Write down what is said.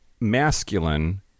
masculine